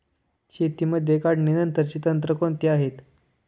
शेतीमध्ये काढणीनंतरची तंत्रे कोणती आहेत?